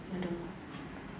I don't know